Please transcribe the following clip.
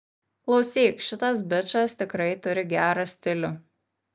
klausyk šitas bičas tikrai turi gerą stilių